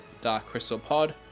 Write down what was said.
darkcrystalpod